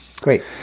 Great